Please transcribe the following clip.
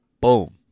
Boom